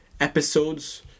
episodes